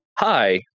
Hi